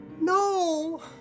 No